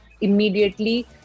immediately